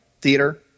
theater